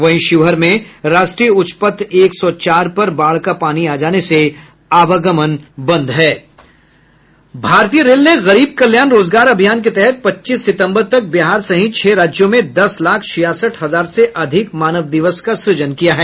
वहीं शिवहर में राष्ट्रीय उच्च पथ एक सौ चार पर बाढ़ का पानी आ जाने से आवागमन बंद है भारतीय रेल ने गरीब कल्याण रोजगार अभियान के तहत पच्चीस सितंबर तक बिहार सहित छह राज्यों में दस लाख छियासठ हजार से अधिक मानव दिवसों का सुजन किया है